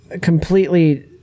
completely